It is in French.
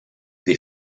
des